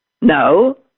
No